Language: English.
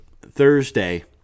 Thursday